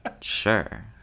Sure